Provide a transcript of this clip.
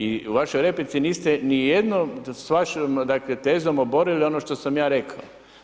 I u vašoj replici, niste ni jednom s vašom tezom oborili ono što sam ja rekao.